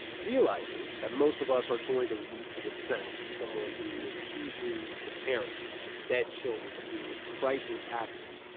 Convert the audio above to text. realizing that most of us aren't going to leap to the defense of someone who accuses the parents of dead children of being crisis actors,